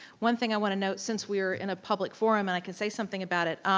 one thing i wanna note since we are in a public forum and i can say something about it,